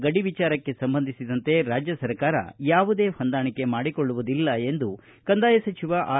ಗಡಿ ವಿಚಾರಕ್ಕೆ ಸಂಬಂಧಿಸಿದಂತೆ ರಾಜ್ಯ ಸರ್ಕಾರ ಯಾವುದೇ ಹೊಂದಾಣಿಕೆ ಮಾಡಿಕೊಳ್ಳುವುದಿಲ್ಲ ಎಂದು ಕಂದಾಯ ಸಚಿವ ಆರ್